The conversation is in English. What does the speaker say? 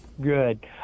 Good